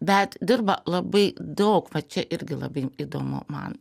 bet dirba labai daug va čia irgi labai įdomu man